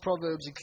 Proverbs